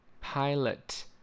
Pilot